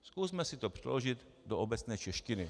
Zkusme si to přeložit do obecné češtiny.